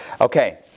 Okay